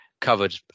covered